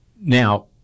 Now